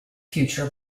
future